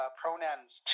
pronouns